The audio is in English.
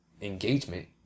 engagement